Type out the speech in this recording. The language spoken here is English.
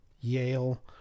yale